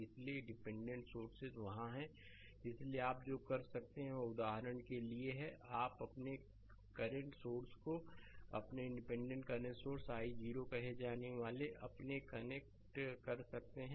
इसलिएडिपेंडेंट source वहाँ है इसलिए आप जो कर सकते हैं वह उदाहरण के लिए है आप अपने करंट सोर्स को अपने इंडिपेंडेंट करंट सोर्स i0 कहे जाने वाले अपने कनेक्टconnect कर सकते हैं